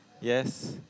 Yes